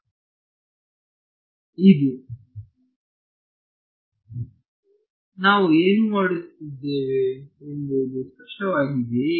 ಇದು ನಾವು ಏನು ಮಾಡಿದ್ದೇವೆ ಎಂಬುದು ಸ್ಪಷ್ಟವಾಗಿದೆಯೇ